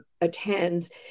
attends